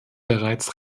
bereits